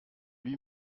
lui